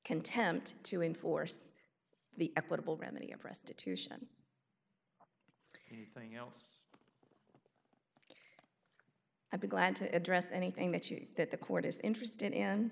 contempt to enforce the equitable remedy of restitution thing you know i'd be glad to address anything that you that the court is interested in